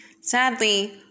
Sadly